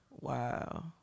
Wow